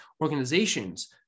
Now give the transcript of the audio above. organizations